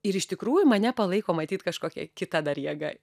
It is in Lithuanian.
ir iš tikrųjų mane palaiko matyt kažkokia kita dar jėga